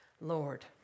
Lord